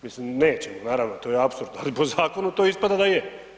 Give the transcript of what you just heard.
Mislim, nećemo naravno, to je apsurd, ali po zakonu to ispada da je.